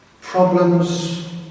problems